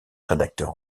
rédacteur